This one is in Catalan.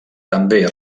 també